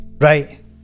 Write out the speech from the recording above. Right